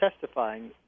testifying